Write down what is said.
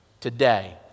Today